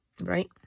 right